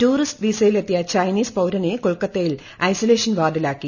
tourist വീസയിലെത്തിയ Chinese പൌരനെ കൊൽക്കത്തയിൽ ഐസലേഷൻ വാർഡിലാക്കി